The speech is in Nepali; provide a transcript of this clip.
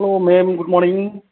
hello ma'am good morning